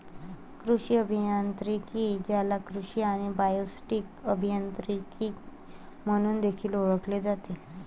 कृषी अभियांत्रिकी, ज्याला कृषी आणि बायोसिस्टम अभियांत्रिकी म्हणून देखील ओळखले जाते